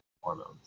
hormones